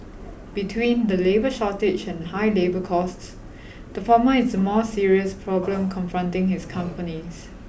between the labour shortage and high labour costs the former is a more serious problem confronting his companies